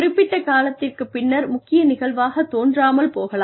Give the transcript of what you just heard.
குறிப்பிட்ட காலத்திற்குப் பின்னர் முக்கிய நிகழ்வாக தோன்றாமல் போகலாம்